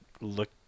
look